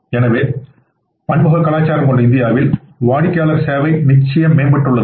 எனவே பன்முக கலாச்சாரம் கொண்ட இந்தியாவில் வாடிக்கையாளர் சேவை நிச்சயமாக மேம்பட்டுள்ளது